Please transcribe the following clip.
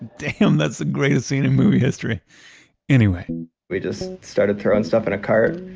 damn, that's the greatest scene in movie history anyway we just started throwing stuff in a cart.